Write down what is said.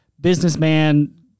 businessman